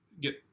get